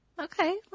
Okay